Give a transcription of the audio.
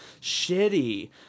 shitty